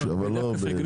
בבית"ר.